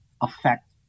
affect